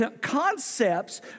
concepts